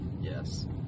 Yes